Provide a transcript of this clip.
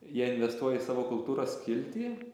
jie investuoja į savo kultūros skiltį